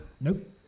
Nope